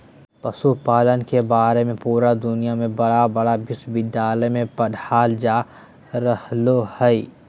पशुपालन के बारे में पुरा दुनया में बड़ा बड़ा विश्विद्यालय में पढ़ाल जा रहले हइ